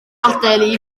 adael